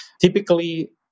Typically